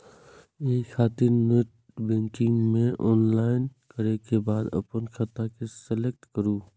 एहि खातिर नेटबैंकिग मे लॉगइन करै के बाद अपन खाता के सेलेक्ट करू